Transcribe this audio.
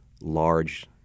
large